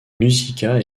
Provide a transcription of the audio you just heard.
musica